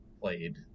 played